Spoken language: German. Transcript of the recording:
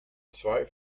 zwei